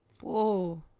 Whoa